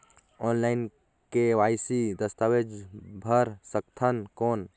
Online KYC दस्तावेज भर सकथन कौन?